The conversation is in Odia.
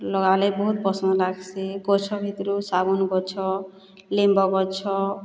ଲଗାଲେ ବହୁତ ପସନ୍ଦ ଲାଗ୍ସି ଗଛ ଭିତରୁ ସାଗୁଣ ଗଛ ଲିମ୍ବ ଗଛ